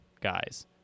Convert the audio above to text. guys